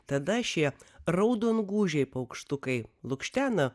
tada šie raudongūžiai paukštukai lukštena